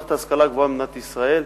מערכת ההשכלה הגבוהה במדינת ישראל,